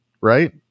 right